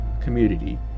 community